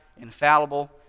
infallible